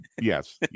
Yes